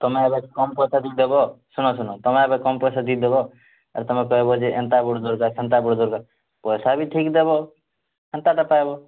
ତୁମେ ଆଗ କମ୍ ପଇସା ଦେଇଦେବ ଶୁଣ ଶୁଣ ତୁମେ ଆଗ କମ୍ ପଇସା ଦେଇଦେବ ଆର୍ ତମେ କହିବ ଯେ ଏନ୍ତା ବୁଟ୍ ଦେଉଛ ସେନ୍ତା ବୁଟ୍ ଦେଉଛ ପଇସା ବି ଠିକ୍ ଦେବ ହେନ୍ତାଟା ପାଇବ